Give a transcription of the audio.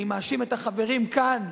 אני מאשים את החברים כאן,